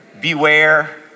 Beware